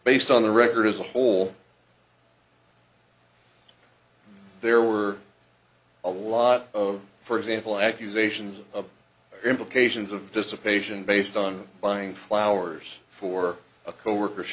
based on the record as a whole there were a lot of for example accusations of implications of this a patient based on buying flowers for a coworker